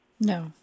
No